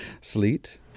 Sleet